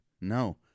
no